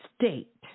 state